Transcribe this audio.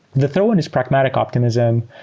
the third one is pragmatic optimism.